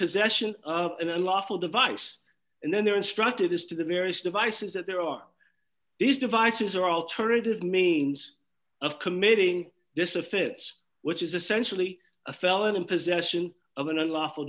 possession of an unlawful device and then they're instructed as to the various devices that there are these devices or alternative means of committing this offense which is essentially a felon in possession of an unlawful